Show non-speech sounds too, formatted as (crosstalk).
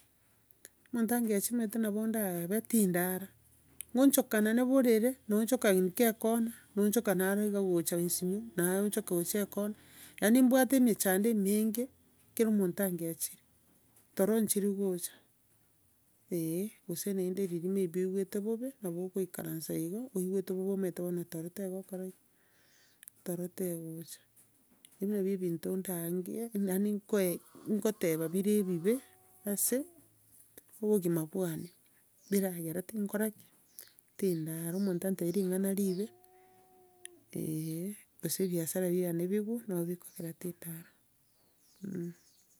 Omonto angechie omanyete nabo ndabe tindara, ng'ochokanane borere, naonchoka, ng'ika ekona, naonchoka naro iga gocha ensinyo, naonchoka gocha ekona, yaani nimbwate emechando emenge ekero omonto angechirie. Toro ndiri gocha eh, gose naende riria maybe oigwete bobe, nabo ogoikaransa igo, oigwete bobe, omanyete bono toro tegokora ki? Toro tegocha. Ebio nabio ebinto ndaangie, yaani nkoe nkoteba ebire ebibe ase, obogima bwane, biragere tinkora ki? Tindara. Omonto antebia ringana riibe, (hesitation) gose ebiasara biane bigue, nabo bikogera tindara, mh.